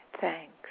thanks